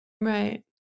Right